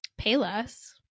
Payless